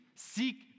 seek